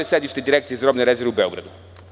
Zašto je sedište Direkcije za robne rezerve u Beogradu?